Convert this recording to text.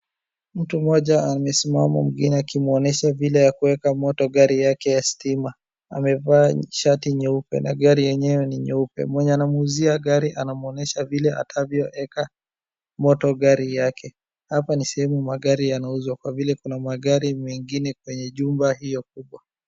Mtu mmoja amesimama, mwingine akimwonesha vile ya kuweka moto gari yake ya stima. Amevaa shati nyeupe na gari yenyewe ni nyeupe. Mwenye anamuuzia gari anamwonesha vile atavyoeka moto gari yake. Hapa ni sehemu magari yanauzwa kwa vile kuna magari mengine kwenye jumba hilo kubwa.